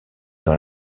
dans